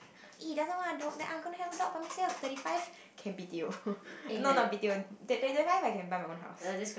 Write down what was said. he doesn't want a dog then I'm gonna have a dog for myself thirty five can be deal not not a big deal thirty five I can buy my own house